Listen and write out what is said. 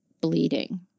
bleeding